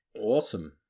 Awesome